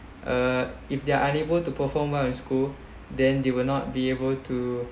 uh if they are unable to perform well in school then they will not be able to